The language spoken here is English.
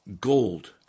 gold